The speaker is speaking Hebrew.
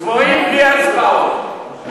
צבועים, בלי הצבעות.